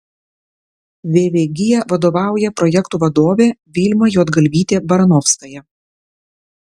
vvg vadovauja projektų vadovė vilma juodgalvytė baranovskaja